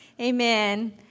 Amen